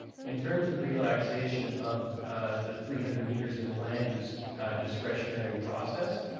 in terms of relaxation of the three hundred metres in the land use discretionary process,